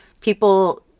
people